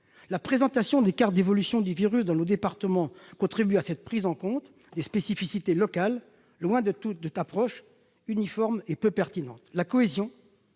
La présentation des cartes d'évolution du virus dans nos départements contribue à cette prise en compte des spécificités locales, loin de toute approche uniforme et peu pertinente. La cohésion